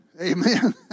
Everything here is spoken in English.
Amen